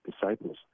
disciples